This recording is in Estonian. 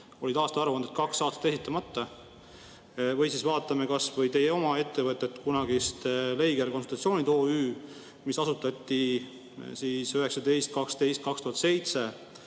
olid aastaaruanded kaks aastat esitamata. Või siis vaatame kasvõi teie oma ettevõtet, kunagist Leiger Konsultatsioonid OÜ-d, mis asutati 19.12.2007